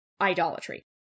idolatry